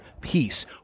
peace